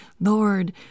Lord